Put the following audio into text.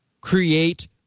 create